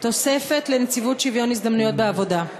תוספת לנציבות שוויון הזדמנויות בעבודה.